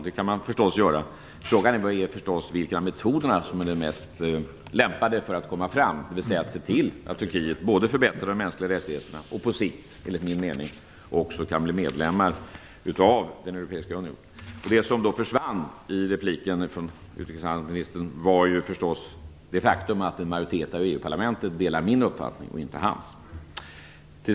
Det kan man förstås göra, men frågan är vilka metoder som är mest lämpade för att åstadkomma att Turkiet förbättrar de mänskliga rättigheterna och på sikt, enligt min mening, också kan bli medlem av den europeiska unionen. En majoritet av EU-parlamentet delar min uppfattning och inte hans.